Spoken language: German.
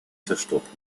zerstochen